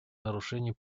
нарушений